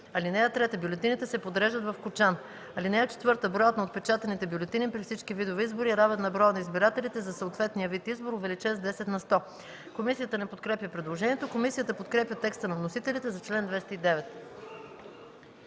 комисия. (3) Бюлетините се подреждат в кочан. (4) Броят на отпечатаните бюлетини при всички видове избори е равен на броя на избирателите за съответния вид избор, увеличен с 10 на сто.” Комисията не подкрепя предложението. Комисията подкрепя текста на вносителите за чл. 209.